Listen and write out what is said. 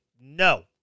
No